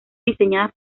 diseñadas